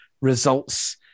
results